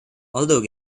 although